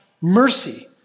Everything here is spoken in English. mercy